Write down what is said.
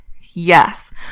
yes